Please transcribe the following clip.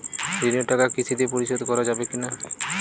ঋণের টাকা কিস্তিতে পরিশোধ করা যাবে কি না?